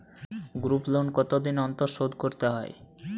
Group loan কতদিন অন্তর শোধকরতে হয়?